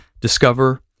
discover